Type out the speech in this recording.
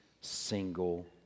single